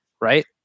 right